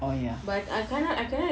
oh ya